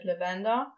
lavender